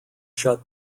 shut